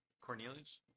Cornelius